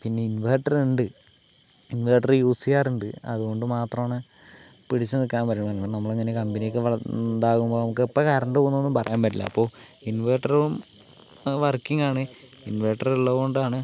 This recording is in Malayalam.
പിന്നെ ഇൻവെർട്ടർ ഉണ്ട് ഇൻവെർട്ടർ യൂസ് ചെയ്യാറുണ്ട് അതു കൊണ്ട് മാത്രമാണ് പിടിച്ചു നിൽക്കാൻ പറ്റുന്നത് നമ്മളിങ്ങനെ കമ്പനി ഒക്കെ വളർന്ന് ഉണ്ടാകുമ്പോൾ നമുക്ക് എപ്പം കറണ്ട് പോകുന്നുവെന്നൊന്നും പറയാൻ പറ്റില്ല അപ്പോൾ ഇൻവെർട്ടറും വർക്കിങ്ങാണ് ഇൻവെർട്ടറുള്ളതു കൊണ്ടാണ്